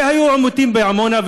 הרי היו עימותים בעמונה,